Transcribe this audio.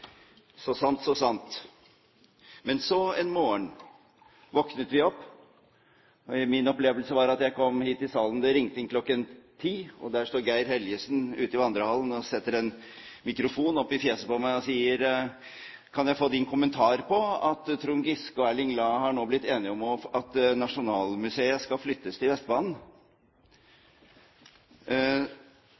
Så sant, så sant. Men så en morgen våknet vi opp, og min opplevelse var at jeg kom til salen – det ringte inn kl. 10 – og der står Geir Helljesen ute i vandrehallen og setter en mikrofon opp i fjeset på meg og sier: Kan jeg få din kommentar til at Trond Giske og Erling Lae nå har blitt enige om at Nasjonalmuseet skal flyttes til Vestbanen?